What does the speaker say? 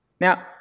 Now